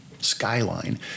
Skyline